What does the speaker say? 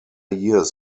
years